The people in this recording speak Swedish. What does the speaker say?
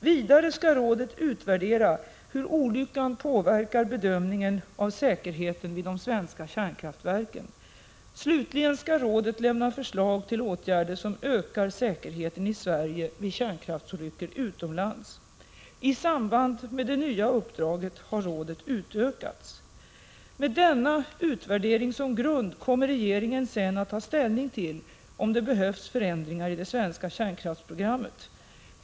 Vidare skall rådet utvärdera hur olyckan påverkar bedömningen av säkerheten vid de svenska kärnkraftverken. Slutligen skall rådet lämna förslag till åtgärder som ökar säkerheten i Sverige vid kärnkraftsolyckor utomlands. I samband med det nya uppdraget har rådet utökats. Med denna utvärdering som grund kommer regeringen sedan att ta ställning till om det behövs förändringar i det svenska kärnkraftsprogrammet.